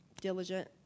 diligent